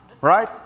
right